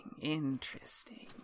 Interesting